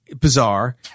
bizarre